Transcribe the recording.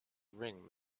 ring